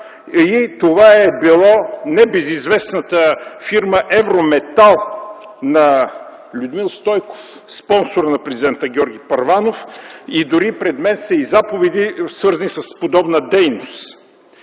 и това е била небезизвестната фирма „Еврометал” на Людмил Стойков – спонсор на Президента Георги Първанов. И дори пред мен са и заповеди, свързани с подобна дейност.